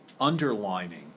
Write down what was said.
underlining